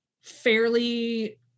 fairly